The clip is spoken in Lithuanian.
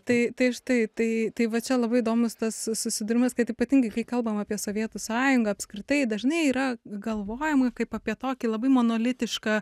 tai tai štai tai tai va čia labai įdomus tas susidūrimas kad ypatingai kai kalbam apie sovietų sąjungą apskritai dažnai yra galvojama kaip apie tokį labai monolitišką